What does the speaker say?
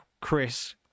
Chris